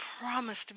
promised